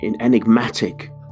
enigmatic